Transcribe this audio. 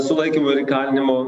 sulaikymo ir įkalinimo